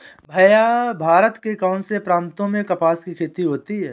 भैया भारत के कौन से प्रांतों में कपास की खेती होती है?